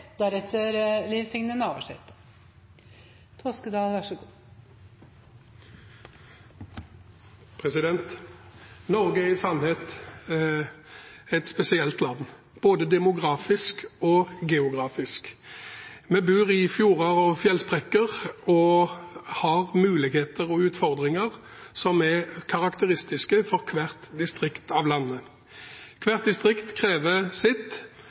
spesielt land, både demografisk og geografisk. Vi bor i fjorder og fjellsprekker og har muligheter og utfordringer som er karakteristiske for hvert distrikt av landet. Hvert distrikt krever sitt